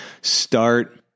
Start